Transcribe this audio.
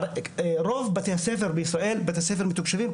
רוב בתי הספר בישראל הם בתי ספר מתוקשבים.